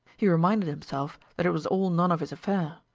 he reminded himself that it was all none of his affair,